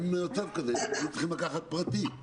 היה מצב כזה שצריכים לקחת פרטי,